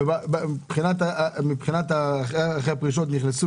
אבל בכל שאר המקומות הנגישות קיימת.